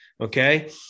Okay